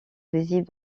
visibles